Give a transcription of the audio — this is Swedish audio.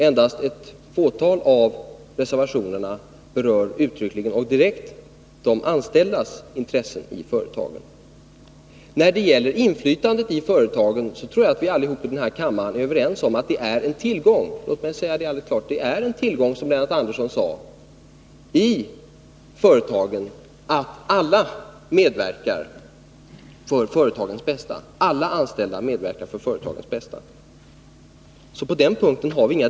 Endast ett fåtal av reservationerna berör uttryckligen och direkt de anställdas intressen i företagen. Jag tror att vi allesammans i denna kammare är överens med Lennart Andersson om att inflytande för de anställda i företagen är en tillgång. Det råder inga delade meningar om att det är en tillgång att alla anställda arbetar för företagets bästa.